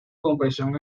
comprensión